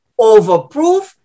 Overproof